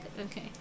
Okay